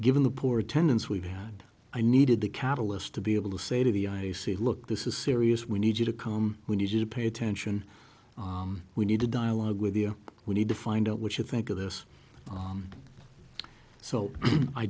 given the poor attendance we've had i needed the catalyst to be able to say to the i d c look this is serious we need you to come we need to pay attention we need a dialogue with you we need to find out what you think of this so i